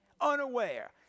unaware